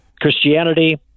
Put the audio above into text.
Christianity